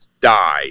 die